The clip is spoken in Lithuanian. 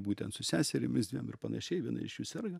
būtent su seserimis dviem ir panašiai viena iš jų serga